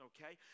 Okay